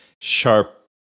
sharp